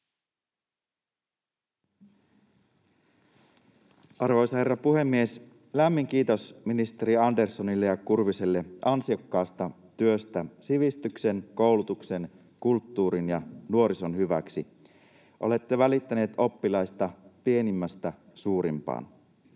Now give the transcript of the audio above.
Arvoisa herra puhemies! Lämmin kiitos ministeri Anderssonille ja Kurviselle ansiokkaasta työstä sivistyksen, koulutuksen, kulttuurin ja nuorison hyväksi. Olette välittäneet oppilaista pienimmästä suurimpaan.